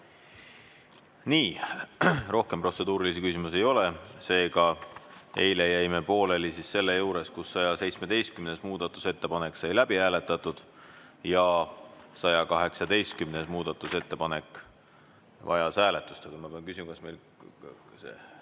Rohkem protseduurilisi küsimusi ei ole. Seega, eile jäime pooleli selle juures, kus 117. muudatusettepanek sai läbi hääletatud ja 118. muudatusettepanek vajas hääletust. Aga ma pean küsima, kas meil ...